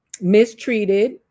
mistreated